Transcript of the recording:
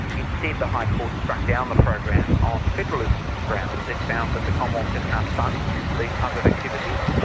instead the high court struck down the program on federalism grounds it found that the commonwealth just can't fund these type of activities,